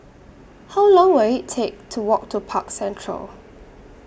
How Long Will IT Take to Walk to Park Central